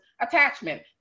attachment